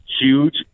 huge